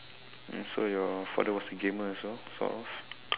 mm so your father was a gamer as well sort of